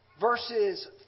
Verses